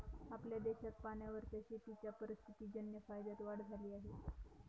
आपल्या देशात पाण्यावरच्या शेतीच्या परिस्थितीजन्य फायद्यात वाढ झाली आहे